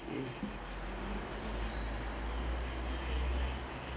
mm